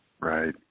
Right